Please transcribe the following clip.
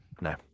No